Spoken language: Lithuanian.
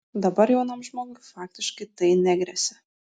dabar jaunam žmogui faktiškai tai negresia